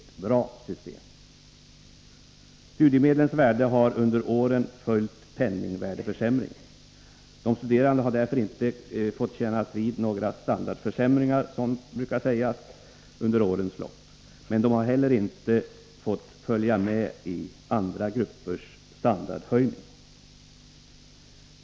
Studiemedlens värde har under åren följt penningvärdesförsämringen. De studerande har därför inte fått kännas vid några standardförsämringar, som det brukar sägas, under årens lopp. Men de har inte heller fått följa med i andra gruppers standardhöjning.